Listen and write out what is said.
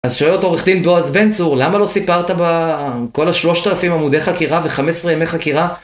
אז שואל אותו עורך דין בועז בן צור, למה לא סיפרת בכל ה-3000 עמודי חקירה ו-15 ימי חקירה?